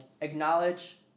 acknowledge